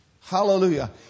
Hallelujah